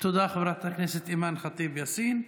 תודה, חברת הכנסת אימאן ח'טיב יאסין.